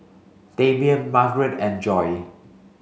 Damien Margarette and Joi